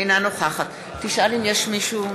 אינה נוכחת חברים,